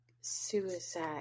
suicide